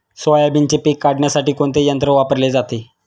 सोयाबीनचे पीक काढण्यासाठी कोणते यंत्र वापरले जाते?